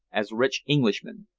as rich englishmen.